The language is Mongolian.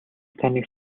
таныг